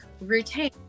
routine